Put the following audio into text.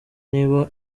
niba